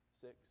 six